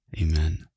Amen